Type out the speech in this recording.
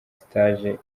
stage